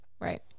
Right